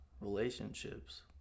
relationships